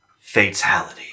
Fatality